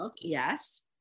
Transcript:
yes